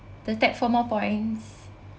the tap for more points